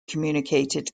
communicated